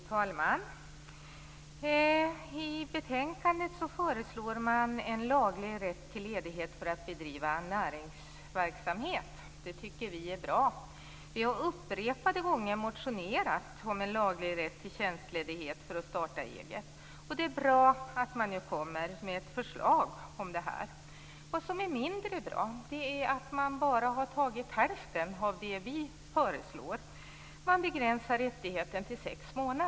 Fru talman! I betänkandet föreslås en laglig rätt till ledighet för att bedriva näringsverksamhet. Det tycker vi i Vänsterpartiet är bra. Vi har upprepade gånger motionerat om en laglig rätt till tjänstledighet för att starta eget. Det är bra att ett förslag om det här kommer nu. Mindre bra är att regeringen bara har tagit hälften av det Vänsterpartiet föreslår. Rättigheten begränsas till sex månader.